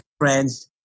friends